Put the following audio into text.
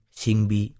singbi